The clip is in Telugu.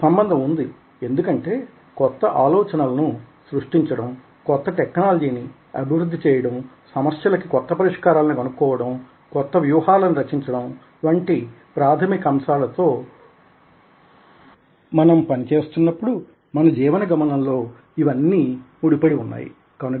సంబంధం ఉంది ఎందుకంటే కొత్త ఆలోచనలను సృష్టించడం కొత్త టెక్నాలజీ ని అభివృద్ధి చేయడం సమస్యలకి కొత్త పరిష్కారాలను కనుక్కోవడం కొత్తవ్యూహాలని రచించడం వంటి ప్రాధమిక అంశాలతో మనం పనిచేస్తున్నప్పుడు మన జీవన గమనంతో ఇవన్నీముడిపడివున్నాయి కనుక